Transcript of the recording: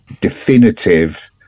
definitive